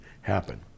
happen